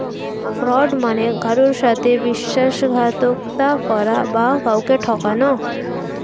fraud মানে কারুর সাথে বিশ্বাসঘাতকতা করা বা কাউকে ঠকানো